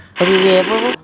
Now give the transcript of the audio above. okay K apa